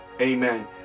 Amen